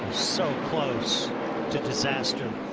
so close to disaster.